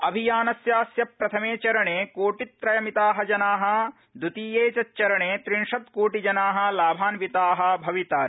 अभियानस्थास्य प्रथमे चरणे कोटित्रयामिताजना द्वितीये च चरणे त्रिंशत् कोटिजना लाभान्विता भवितार